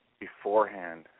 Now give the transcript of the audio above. beforehand